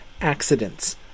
accidents